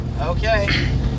Okay